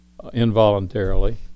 involuntarily